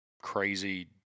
crazy